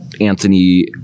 Anthony